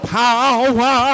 power